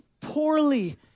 poorly